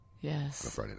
Yes